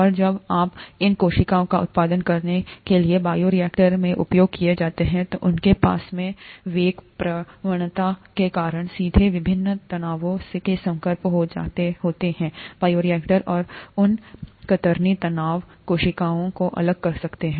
और जब आप इन कोशिकाओं का उत्पादन करने के लिए बायोरिएक्टर में उपयोग किया जाता है तो उनके पास में वेग प्रवणता के कारण सीधे विभिन्न तनावों के संपर्क में होते हैं बायोरिएक्टरऔर उन कतरनी तनाव कोशिकाओं को अलग कर सकते हैं